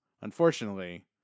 Unfortunately